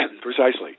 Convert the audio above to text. Precisely